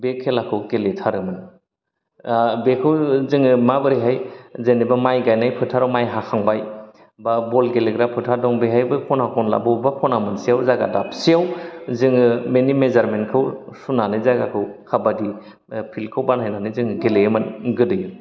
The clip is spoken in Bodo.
बे खेलाखौ गेलेथारोमोन ओ बेखौ जोङो माबोरैहाय जेनेबा माइ गायनाय फोथाराव माय हाखांबाय बा बल गेलेग्रा फोथार दं बेहायबो खना खनला बबेबा खना मोनसेआव जायगा दाबसेआव जोङो बेनि मेजारमेन्ट खौ सुनानै जायगाखौ खाबादि फिल्ड खौ बानायनानै गेलेयोमोन गोदो